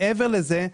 מעבר לזה,